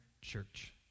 church